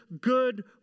good